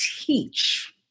teach